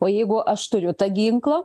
o jeigu aš turiu tą ginklą